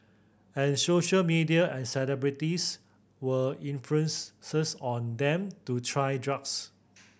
and social media and celebrities were influence on them to try drugs